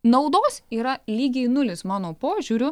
naudos yra lygiai nulis mano požiūriu